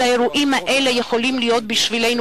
אבל האירועים האלה יכולים להיות בשבילנו